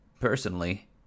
Personally